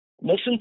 Listen